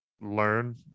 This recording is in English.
learn